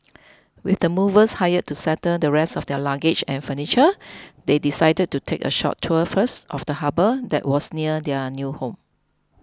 with the movers hired to settle the rest of their luggage and furniture they decided to take a short tour first of the harbour that was near their new home